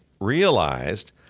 realized